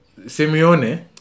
Simeone